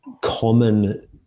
common